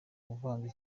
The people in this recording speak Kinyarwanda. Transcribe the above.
uvanze